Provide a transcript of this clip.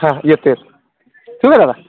हां येतो येतो ठेवू का दादा